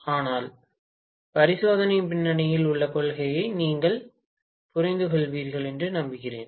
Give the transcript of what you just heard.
ஆனால் பரிசோதனையின் பின்னணியில் உள்ள கொள்கையை நீங்கள் புரிந்துகொள்வீர்கள் என்று நம்புகிறேன்